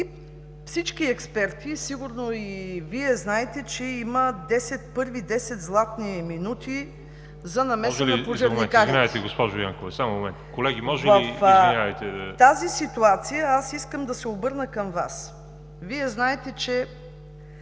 всички експерти – сигурно и Вие знаете, че има 10 първи, 10 златни минути за намесата на пожарникарите. В тази ситуация аз искам да се обърна към Вас. Вие знаете, че